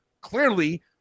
clearly